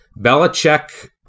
Belichick